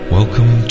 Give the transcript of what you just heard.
Welcome